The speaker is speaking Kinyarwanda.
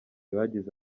bagize